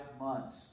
months